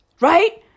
Right